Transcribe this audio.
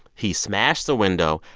he smashed the window,